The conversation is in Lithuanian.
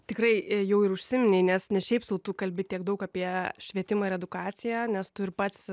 tikrai ė jau ir užsiminei nes ne šiaip sau tu kalbi tiek daug apie švietimą ir edukaciją nes tu ir pats